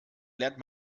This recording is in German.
lernt